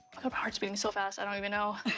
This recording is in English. heart's beating so fast, i don't even know.